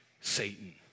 Satan